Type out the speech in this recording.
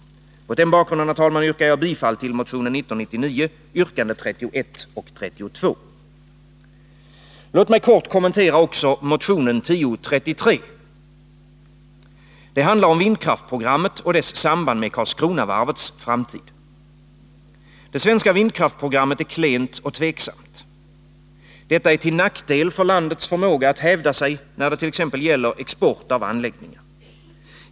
Mot denna bakgrund yrkar jag, herr talman, bifall till motion 1999, yrkandena 31 och 32. Låt mig kort kommentera också motion 1033. Den handlar om vindkraftsprogrammet och dess samband med Karlskronavarvets framtid. Det svenska vindkraftsprogrammet är klent och tvivelaktigt. Detta är till nackdel för landets förmåga att hävda sig då det t.ex. gäller export av anläggningar.